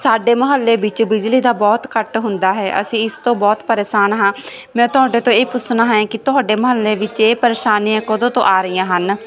ਸਾਡੇ ਮੁਹੱਲੇ ਵਿੱਚ ਬਿਜਲੀ ਦਾ ਬਹੁਤ ਕੱਟ ਹੁੰਦਾ ਹੈ ਅਸੀਂ ਇਸ ਤੋਂ ਬਹੁਤ ਪਰੇਸਾਨ ਹਾਂ ਮੈਂ ਤੁਹਾਡੇ ਤੋਂ ਇਹੀ ਪੁੱਛਨਾ ਹੈ ਕੀ ਤੁਹਾਡੇ ਮੁਹੱਲੇ ਵਿੱਚ ਇਹ ਪਰੇਸ਼ਾਨੀਆਂ ਕਦੋਂ ਤੋਂ ਆ ਰਹੀਆਂ ਹਨ